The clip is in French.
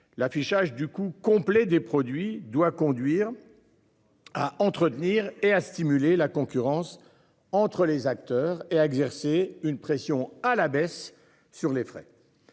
L'affichage du coup complet des produits doit conduire. À entretenir et à stimuler la concurrence entre les acteurs et à exercer une pression à la baisse sur les frais.